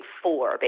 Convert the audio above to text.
four